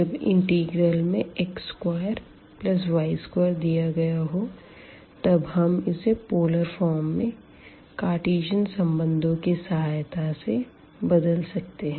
जब इंटीग्रल में x2y2 दिया गया हो तब हम इसे पोलर फॉर्म में कार्टीज़न संबंधों की सहायता से बदल सकते है